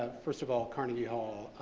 ah first of all, carnegie hall,